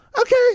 okay